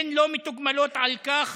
הן לא מתוגמלות על כך,